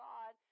God